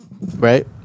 Right